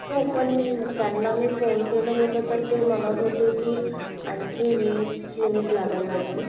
हो पण त्यांना मी फोन केलं होतं तर ते म्हणत होते की आणखी वीस मिनिट म्हणून